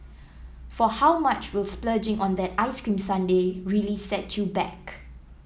for how much will splurging on that ice cream sundae really set you back